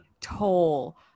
toll